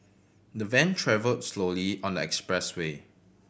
the van travelled slowly on the expressway